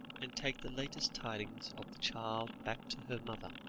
and take the latest tidings of the child back to her mother.